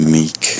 meek